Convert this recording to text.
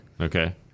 Okay